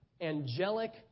angelic